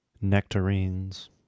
Nectarines